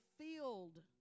field